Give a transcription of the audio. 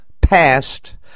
past